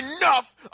Enough